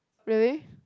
really